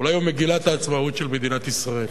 אולי הוא מגילת העצמאות של מדינת ישראל.